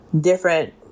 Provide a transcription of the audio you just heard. different